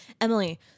Emily